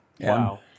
Wow